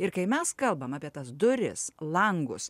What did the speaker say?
ir kai mes kalbam apie tas duris langus